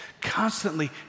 Constantly